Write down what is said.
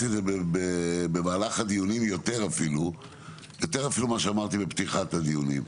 במהלך הדיונים אמרתי אפילו יותר מאשר בפתיחת הדיונים,